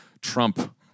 Trump